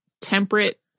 temperate